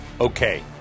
Okay